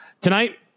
tonight